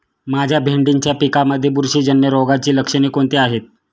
माझ्या भेंडीच्या पिकामध्ये बुरशीजन्य रोगाची लक्षणे कोणती आहेत?